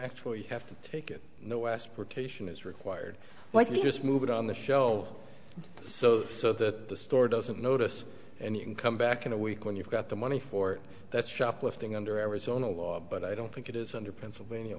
actually have to take it no asportation is required when you just move it on the show so so that the store doesn't notice and you can come back in a week when you've got the money for that shoplifting under arizona law but i don't think it is under pennsylvania